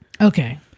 Okay